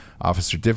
officer